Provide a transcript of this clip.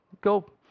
go